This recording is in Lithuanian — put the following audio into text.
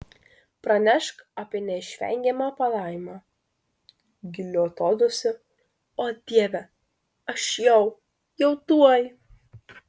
pranešk apie neišvengiamą palaimą giliu atodūsiu o dieve aš jau jau tuoj